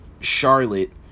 Charlotte